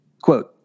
Quote